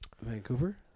Vancouver